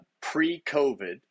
pre-COVID